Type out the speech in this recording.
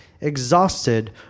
exhausted